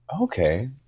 Okay